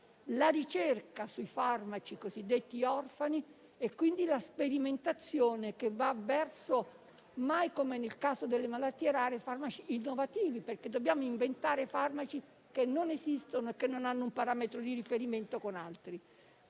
la ricerca sui farmaci cosiddetti orfani e la sperimentazione che, mai come nel caso delle malattie rare, va verso farmaci innovativi, perché dobbiamo inventare farmaci che non esistono e non hanno un parametro di riferimento con altri.